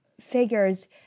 figures